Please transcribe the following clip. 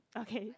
okay